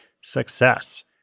success